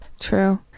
True